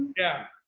yeah,